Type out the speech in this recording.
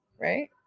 right